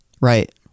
Right